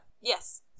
Yes